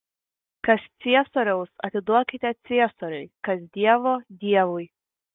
kas ciesoriaus atiduokite ciesoriui kas dievo dievui